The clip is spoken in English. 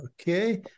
Okay